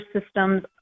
systems